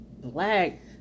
black